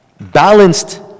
balanced